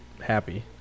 happy